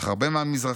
אך הרבה מהמזרחית